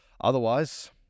otherwise